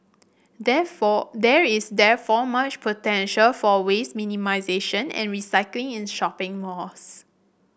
therefore there is therefore much potential for waste minimisation and recycling in shopping malls